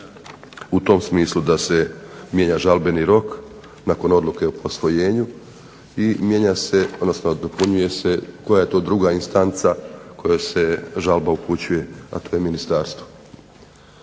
u tom smislu da se mijenja žalbeni rok nakon odluke o posvojenju i dopunjuje se koja je to druga instanca koja se žalba upućuje a to je Ministarstvo.